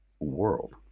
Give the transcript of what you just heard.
world